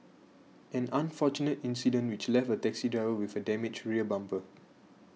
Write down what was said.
an unfortunate incident which left a taxi driver with a damaged rear bumper